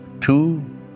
two